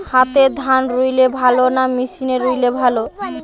হাতে ধান রুইলে ভালো না মেশিনে রুইলে ভালো?